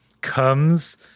comes